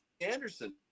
Anderson